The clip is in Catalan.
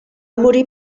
morir